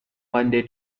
monday